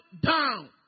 down